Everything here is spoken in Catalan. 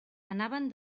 anaven